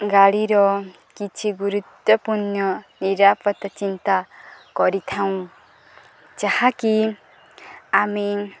ଗାଡ଼ିର କିଛି ଗୁରୁତ୍ୱପୂର୍ଣ୍ଣ ନିରାପତ ଚିନ୍ତା କରିଥାଉଁ ଯାହାକି ଆମେ